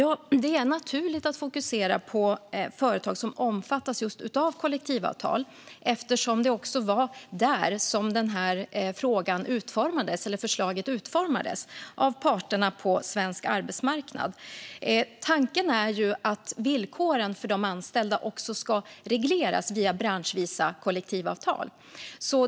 Ja, det är naturligt att fokusera på företag som omfattas av kollektivavtal eftersom det var just i det sammanhanget som förslaget utformades av parterna på svensk arbetsmarknad. Tanken är ju att villkoren för de anställda också ska regleras via branschvisa kollektivavtal.